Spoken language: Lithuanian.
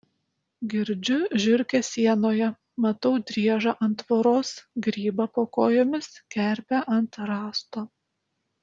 girdžiu žiurkes sienoje matau driežą ant tvoros grybą po kojomis kerpę ant rąsto